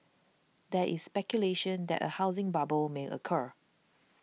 there is speculation that a housing bubble may occur